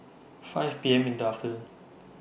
five P M in The afternoon